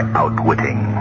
outwitting